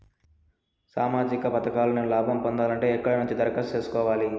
సామాజిక పథకాలను నేను లాభం పొందాలంటే ఎక్కడ నుంచి దరఖాస్తు సేసుకోవాలి?